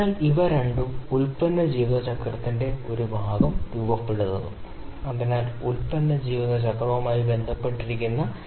അതിനാൽ വ്യക്തമായും y ഉള്ളിടത്ത് ഒരു പ്രക്രിയ ഉണ്ടെന്ന് അനുവദിക്കുന്നു ഗുണനിലവാര സവിശേഷതകൾ